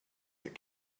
that